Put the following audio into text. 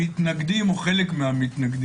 המתנגדים או חלקם,